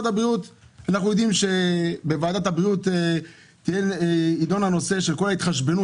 אנחנו יודעים שבוועדת הבריאות יידון כל הנושא של כל ההתחשבנות